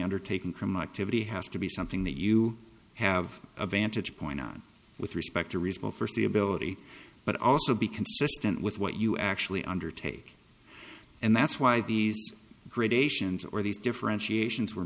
undertaking criminal activity has to be something that you have a vantage point on with respect to respond firstly ability but also be consistent with what you actually undertake and that's why these gradations or these differentiations were